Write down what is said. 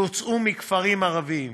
שהוצאו מכפרים ערביים,